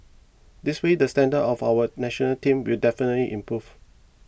this way the standard of our National Team will definitely improve